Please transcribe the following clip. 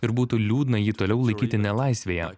ir būtų liūdna jį toliau laikyti nelaisvėje